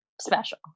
special